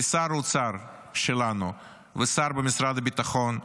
לשר אוצר שלנו ושר במשרד הביטחון,